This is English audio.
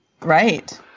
Right